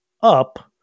up